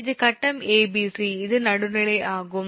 இது கட்டம் 𝑎 𝑏 c இது நடுநிலை ஆகும்